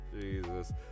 Jesus